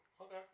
Okay